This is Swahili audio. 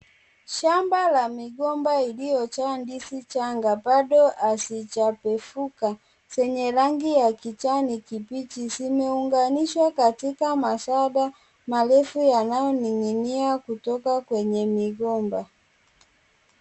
Shamba la migomba iliyotoa ndizi changa bado hazijapefuka, zenye rangi ya kijani kibichi zimeunganishwa katika mashada marefu yanayoninginia kutoka kwenye magomba.